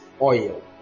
oil